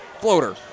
floater